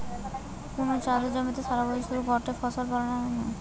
কুনু চাষের জমিরে সারাবছরে শুধু গটে ফসল ফলানা হ্যানে তাকে একফসলি চাষ কয়া হয়